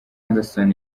anderson